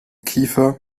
kiefer